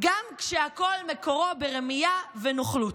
גם כשהכול מקורו ברמייה ונוכלות.